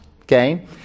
okay